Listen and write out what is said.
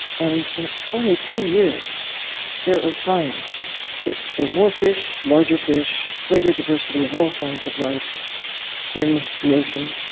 and in only two years there are signs that there are more fish, larger fish, greater diversity of all forms of life in the ocean.